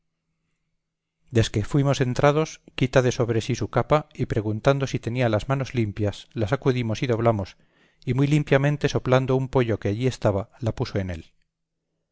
cámaras desque fuimos entrados quita de sobre sí su capa y preguntando si tenía las manos limpias la sacudimos y doblamos y muy limpiamente soplando un poyo que allí estaba la puso en él